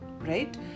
right